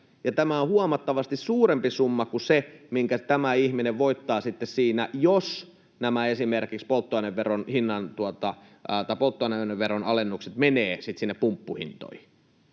tämä on huomattavasti suurempi summa kuin se, minkä tämä ihminen voittaa sitten siinä, jos esimerkiksi nämä polttoaineveron alennukset menevät sinne pumppuhintoihin.